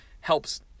helps